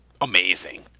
amazing